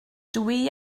dwi